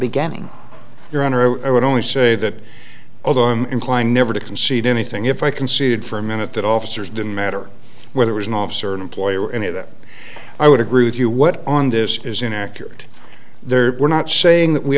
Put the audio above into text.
beginning your honor i would only say that although i'm inclined never to concede anything if i conceded for a minute that officers didn't matter whether it was an officer or an employee or any of that i would agree with you what on this is inaccurate there we're not saying that we